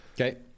Okay